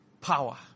power